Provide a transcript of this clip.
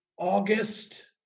August